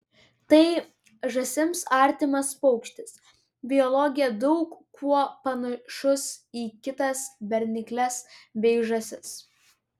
tai žąsims artimas paukštis biologija daug kuo panašus į kitas bernikles bei žąsis